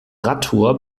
radtour